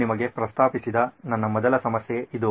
ನಾನು ನಿಮಗೆ ಪ್ರಸ್ತಾಪಿಸಿದ ನನ್ನ ಮೊದಲ ಸಮಸ್ಯೆ ಇದು